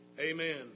Amen